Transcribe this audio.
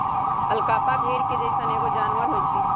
alpaca भेड़ के जइसन एगो जानवर होई छई